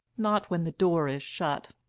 not when the door is shut.